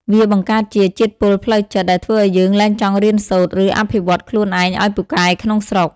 វាបង្កើតជា "ជាតិពុលផ្លូវចិត្ត" ដែលធ្វើឱ្យយើងលែងចង់រៀនសូត្រ ឬអភិវឌ្ឍខ្លួនឯងឱ្យពូកែក្នុងស្រុក។